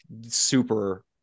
super